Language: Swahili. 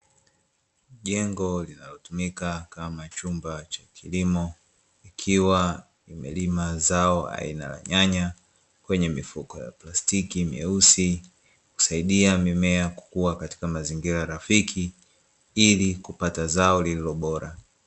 Jengo linalotumika kama chumba cha kilimo ikiwa limelima zao aina ya nyanya kwenye mifuko ya plastiki meusi, husaidia mimea kukua katika mazingira rafiki ili kupata zao lililobora.